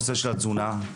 נושא התזונה.